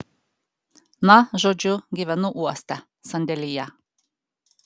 na žodžiu gyvenu uoste sandėlyje